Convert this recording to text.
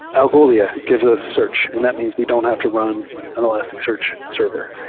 algolia gives us search, and that means we don't have to run an elasticsearch server.